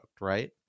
right